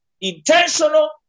intentional